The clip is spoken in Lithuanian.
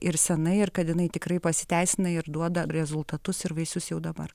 ir senai ir kad jinai tikrai pasiteisina ir duoda rezultatus ir vaisius jau dabar